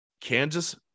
Kansas